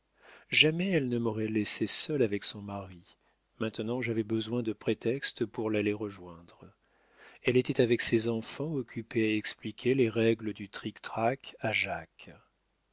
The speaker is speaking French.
jamais elle ne m'aurait laissé seul avec son mari maintenant j'avais besoin de prétextes pour l'aller rejoindre elle était avec ses enfants occupée à expliquer les règles du trictrac à jacques